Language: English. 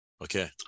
Okay